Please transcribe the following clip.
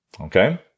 Okay